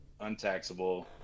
untaxable